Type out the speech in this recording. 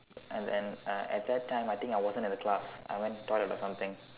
and then uh at that time I think I wasn't in the class I went to the toilet or something